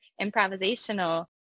improvisational